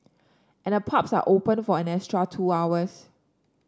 and the pubs are open for an extra two hours